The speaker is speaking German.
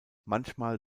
manchmal